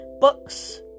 books